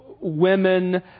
women